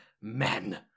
men